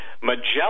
Magellan